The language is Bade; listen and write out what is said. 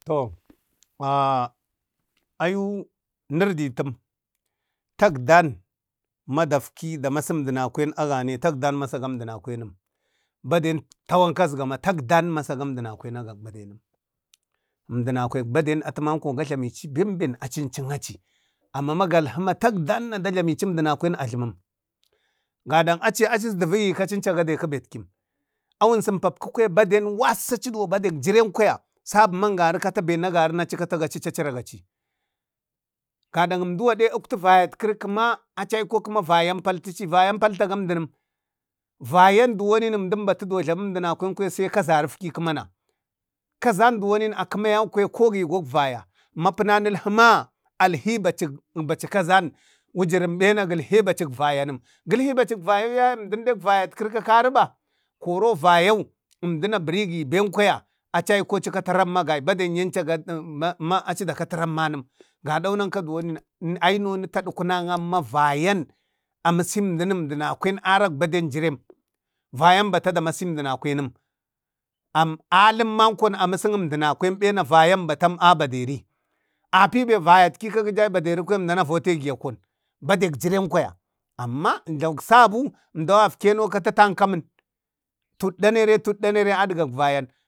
to ah ayu nirditəm. Tagdan ma dak kifin da masu əndana kwen agane, tagdan masaga əmdo nakwenɗəm. Baden tawanka azgama tagdan masaga əmdənakwen a gag bade nəm. Ʒmdənakwek bade atəmanko ga jlamu benbe achi ənchi achi, ama galhama tagdanna dajlami chi əmdanakwen ajləməm gada achi aci əsdavi ka achi unchu- daiki betkim. Awun sumpapku kwaya baɗen waskə achi chi badek jiren kwaya sabu mangari kata ben kwaya nagari na achi kata ga chachraga chi gada əmduwade uktu vayat kəri kəma, achi uktu vayat kəri kəma paltəchi, vayan va paltaga əmdə nəm. Vayan duwon əmdən bata duwon jlami əmdəna kwaya nna sai kazari ifki kəmana, kazan duwon akəma yau kwaya ko agi go vaya, mupa nən əlhu alhi baci kazan wujurən ɓena gəlhe bachik vaya nəm. Gəlhi bachik vayau yaye vayatkəri kari ɓa. Koro vayau əndən abərigi ben kwaya achaikoia ramma agai. Badenye əncha da kata rammanəm. Gado ni duwon, aino ni tada kuna amma vayan əməsi əndən əndənakwen arek baden jirem. Vayan bata damasi amdamakwenəm, alən manko aməsi əndəmakwen. Bena vayan batam a baderi. Apibe vayatki gəja baderi kwaya əmdan avotegi akon, badek jiren kwaya, amma jlawuk sabu, əmdou gafeno kata tankamən, tuɗɗana re, tuɗɗanare adgak vayan